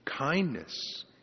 Kindness